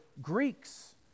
Greeks